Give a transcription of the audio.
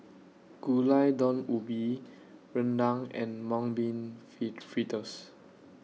Gulai Daun Ubi Rendang and Mung Bean Fee Fritters